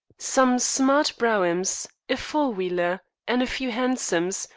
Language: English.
some smart broughams, a four-wheeler, and a few hansoms,